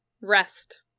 Rest